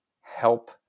help